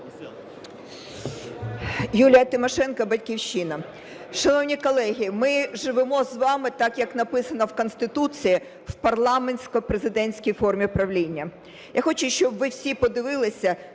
Юлія Тимошенко, "Батьківщина". Шановні колеги, ми живемо з вами так, як написано в Конституції, в парламентсько-президентській формі правління. Я хочу, щоб ви всі подивилися